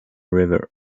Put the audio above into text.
river